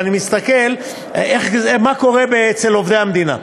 ואני מסתכל מה קורה אצל עובדי המדינה,